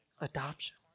adoption